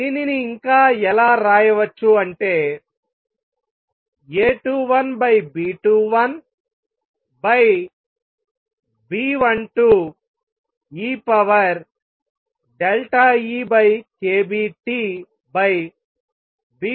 దీనిని ఇంకా ఎలా రాయవచ్చు అంటే A21B21B12eEkBTB21 1